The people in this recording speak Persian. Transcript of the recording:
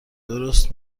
درست